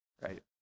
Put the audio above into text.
right